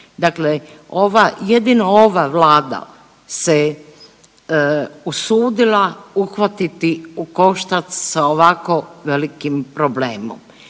dakle ova, jedino ova Vlada se usudila uhvatiti u koštac sa ovako velikim problemom.